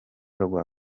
rwa